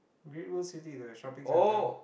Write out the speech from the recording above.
Great World City the shopping centre